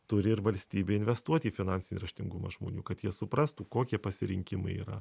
turi ir valstybė investuot į finansinį raštingumą žmonių kad jie suprastų kokie pasirinkimai yra